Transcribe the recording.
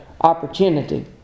opportunity